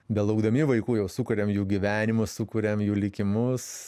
belaukdami vaikų jau sukuriam jų gyvenimus sukuriam jų likimus